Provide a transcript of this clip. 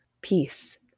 peace